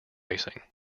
racing